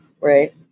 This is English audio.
right